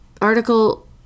article